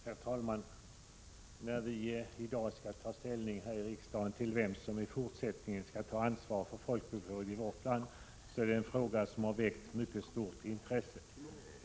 Herr talman! Den fråga som riksdagen i dag skall ta ställning till - vem som i fortsättningen skall ta ansvar för folkbokföringen i vårt land — har väckt mycket stort intresse.